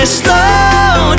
slow